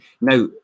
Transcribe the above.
Now